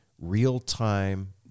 real-time